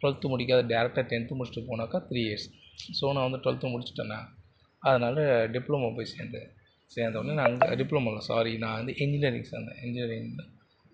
twelfth முடிக்காது டேரெக்டாக tenth முடித்துட்டு போனாக்க த்ரீ இயர்ஸ் ஸோ நான் வந்து டுவெல்த்து முடித்துட்டேனா அதனால் டிப்ளமோ போய் சேர்ந்தேன் சேர்ந்தோனே நான் வந்து டிப்ளமோ இல்லை சாரி நான் வந்து இன்ஜினியரிங் சேர்ந்தேன் இன்ஜினியரிங்